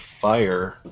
fire